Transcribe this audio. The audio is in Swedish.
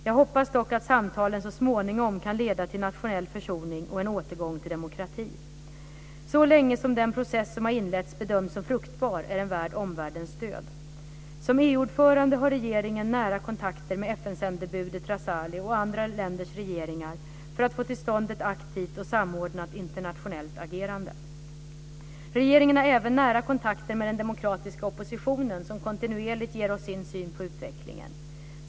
Jag hoppas dock att samtalen så småningom kan leda till nationell försoning och en återgång till demokrati. Så länge som den process som har inletts bedöms som fruktbar är den värd omvärldens stöd. Som EU-ordförande har regeringen nära kontakter med FN-sändebudet Razali och andra länders regeringar för att få till stånd ett aktivt och samordnat internationellt agerande. Regeringen har även nära kontakter med den demokratiska oppositionen som kontinuerligt ger oss sin syn på utvecklingen.